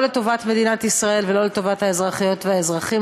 לא לטובת מדינת ישראל ולא לטובת האזרחיות והאזרחים,